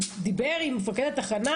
דיבר עם מפקד התחנה,